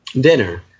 dinner